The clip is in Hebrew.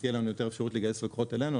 תהיה לנו יותר אפשרות לגייס לקוחות אלינו.